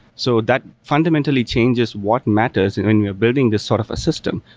so that fundamentally changes what matters when you're building this sort of a system.